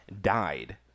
died